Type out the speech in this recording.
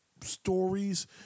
stories